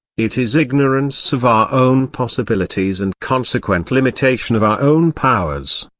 it is ignorance of our own possibilities and consequent limitation of our own powers.